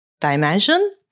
dimension